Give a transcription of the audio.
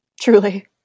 truly